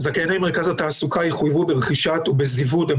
זכייני מרכז התעסוקה יחויבו ברכישה ובזיווד של